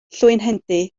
llwynhendy